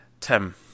Tim